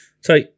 So-